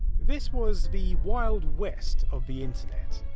this was the wild west of the internet.